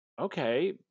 okay